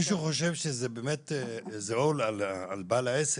מישהו חושב שזה באמת עול על בעל העסק?